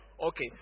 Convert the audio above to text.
Okay